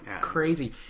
Crazy